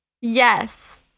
Yes